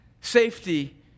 safety